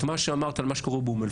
את מה שאמרת על מה שקורה באום-אל-פאחם,